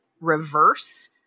reverse